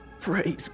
praise